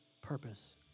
purpose